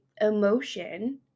emotion